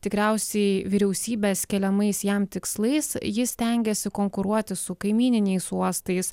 tikriausiai vyriausybės keliamais jam tikslais jis stengiasi konkuruoti su kaimyniniais uostais